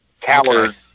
Coward